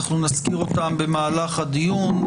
אנחנו נזכיר אותם במהלך הדיון.